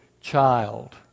child